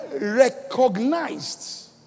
recognized